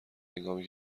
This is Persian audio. هنگامی